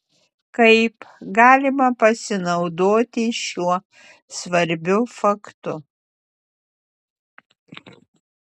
kaip galima pasinaudoti šiuo svarbiu faktu